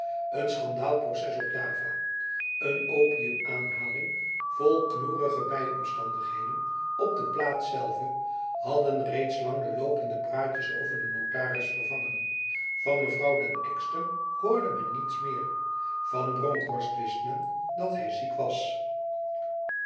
een schandaalproces op java een opiumaanhaling vol knoeierige bijomstandigheden op de plaats zelve hadden reeds lang de lopende praatjes over de notaris vervangen van mevrouw den ekster hoorde men niets meer van bronkhorst wist men dat hij ziek was